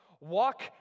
Walk